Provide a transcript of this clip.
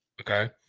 Okay